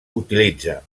utilitza